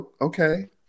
okay